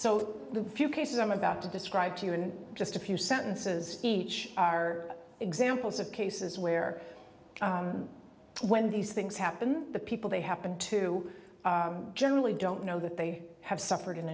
so the few cases i'm about to describe to you in just a few sentences each are examples of cases where when these things happen the people they happen to generally don't know that they have suffered an